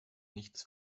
nichts